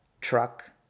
truck